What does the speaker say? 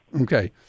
Okay